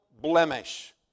blemish